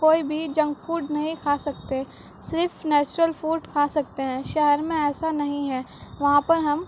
کوئی بھی junk food نہیں کھا سکتے صرف نیچرل فوڈ کھا سکتے ہیں شہر میں ایسا نہیں ہے وہاں پر ہم